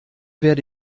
werde